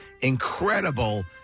incredible